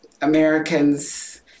Americans